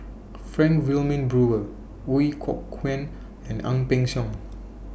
Frank Wilmin Brewer Ooi Kok Chuen and Ang Peng Siong